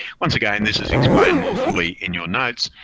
once again, and this is explained more fully in your notes,